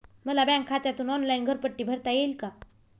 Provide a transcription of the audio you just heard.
मला बँक खात्यातून ऑनलाइन घरपट्टी भरता येईल का?